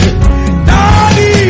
Daddy